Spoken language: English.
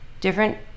different